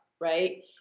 right